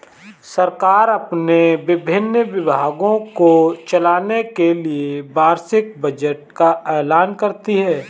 सरकार अपने विभिन्न विभागों को चलाने के लिए वार्षिक बजट का ऐलान करती है